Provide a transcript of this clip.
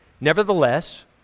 Nevertheless